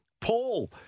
Paul